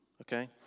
Okay